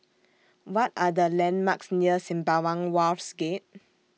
What Are The landmarks near Sembawang Wharves Gate